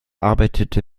arbeitete